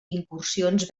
incursions